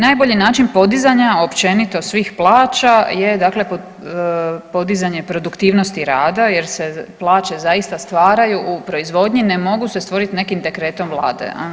Najbolji način podizanja općenito svih plaća je dakle podizanje produktivnosti rada jer plaće zaista stvaraju u proizvodnji ne mogu se stvoriti nekim dekretom vlade.